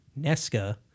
Nesca